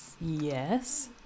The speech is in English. Yes